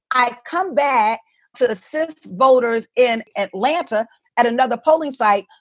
i come back to assist voters in atlanta at another polling site.